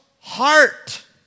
heart